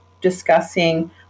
discussing